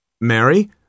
Mary